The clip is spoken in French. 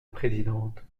présidente